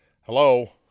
Hello